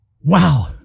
Wow